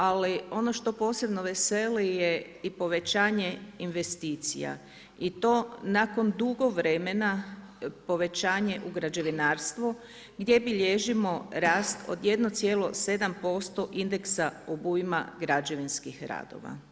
Ali, ono što posebno veseli je i povećanje investicija i to nakon dugo vremena povećanje u građevinarstvu, gdje bilježimo rast od 1,7% indeksa obujma građevinskih radova.